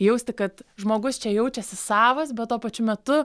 jausti kad žmogus čia jaučiasi savas bet tuo pačiu metu